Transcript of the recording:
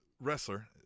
wrestler